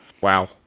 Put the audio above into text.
Wow